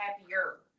happier